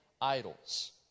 idols